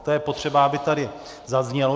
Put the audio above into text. To je potřeba, aby tady zaznělo.